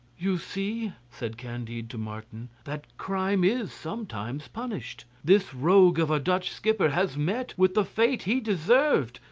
you see, said candide to martin, that crime is sometimes punished. this rogue of a dutch skipper has met with the fate he deserved.